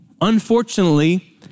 unfortunately